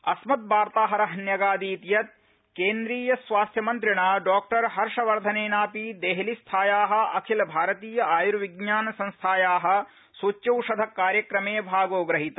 अस्मद्रातहिर न्यगादीत् सत् केन्द्रियस्वास्थ्यमन्त्रिणा डॉ हर्षवर्धनेनापि देहलीस्थाया अखिल भारतीय आयुर्विज्ञानसंस्थाया सूच्योषधकार्यक्रमे भागोग्रीत